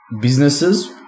businesses